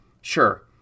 Sure